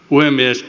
puhemies